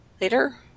later